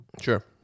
Sure